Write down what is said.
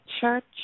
church